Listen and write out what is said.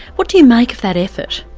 what do you make of that effort? oh,